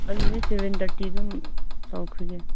ꯑꯗꯨꯗꯤ ꯁꯕꯦꯟ ꯊꯥꯔꯇꯤ ꯑꯗꯨꯝ ꯇꯧꯈ꯭ꯔꯒꯦ